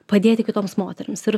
padėti kitoms moterims ir